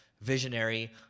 visionary